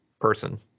person